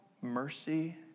mercy